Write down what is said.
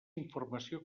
informació